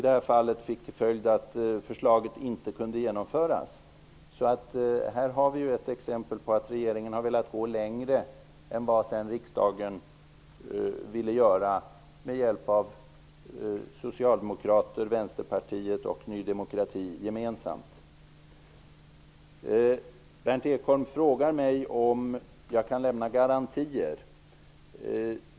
Det fick till följd att förslaget inte kunde genomföras. Det här är ett exempel på att regeringen hade velat gå längre än vad sedan riksdagen ville göra med hjälp av socialdemokrater, Vänsterpartiet och Ny demokrati gemensamt. Berndt Ekholm frågade mig om ifall jag kan lämna garantier.